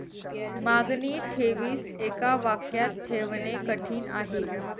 मागणी ठेवीस एका वाक्यात ठेवणे कठीण आहे